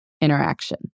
interaction